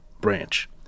branch